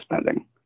spending